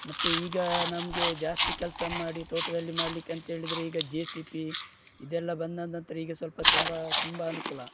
ಮತ್ತು ಈಗ ನಮಗೆ ಜಾಸ್ತಿ ಕೆಲಸ ಮಾಡಿ ತೋಟದಲ್ಲಿ ಮಾಡ್ಲಿಕ್ಕೆ ಅಂತ ಹೇಳಿದ್ರೆ ಈಗ ಜೆ ಸಿ ಪಿ ಇದೆಲ್ಲ ಬಂದಾದ ನಂತರ ಈಗ ಸ್ವಲ್ಪ ತುಂಬ ತುಂಬ ಅನುಕೂಲ